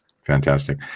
Fantastic